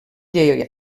llei